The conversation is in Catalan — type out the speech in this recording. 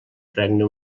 regne